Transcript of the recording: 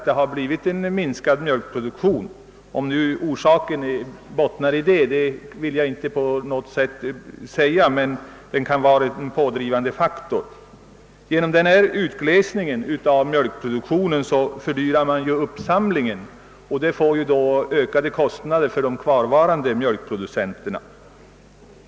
Jag vill inte på något sätt påstå att orsaken därtill uteslutande är dessa ändrade bestämmelser, men de har säkerligen bidragit. Genom utglesningen av de mjölkproducerande enheterna fördyras också uppsamlingen, vilket betyder ökade kostnader för de kvarvarande mjölkproducenterna.